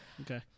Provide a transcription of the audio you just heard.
okay